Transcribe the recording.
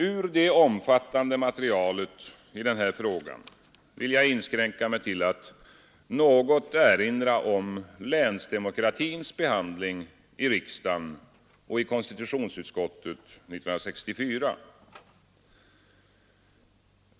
Ur det omfattande materialet i den här frågan vill jag inskränka mig till att något erinra om länsdemokratins behandling i riksdagen och i konstitutionsutskottet 1964.